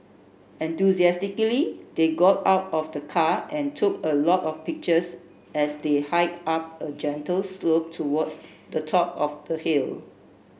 enthusiastically they got out of the car and took a lot of pictures as they hiked up a gentle slope towards the top of the hill